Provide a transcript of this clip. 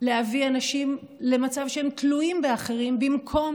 להביא אנשים למצב שהם תלויים באחרים במקום